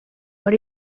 what